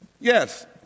yes